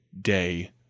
day